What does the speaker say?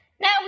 Now